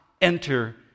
enter